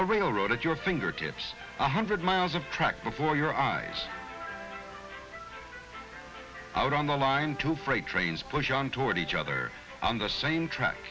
a railroad at your fingertips one hundred miles of track before your eyes out on the line to freight trains push on toward each other on the same track